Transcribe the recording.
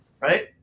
right